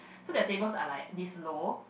so their tables are like this low